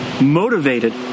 motivated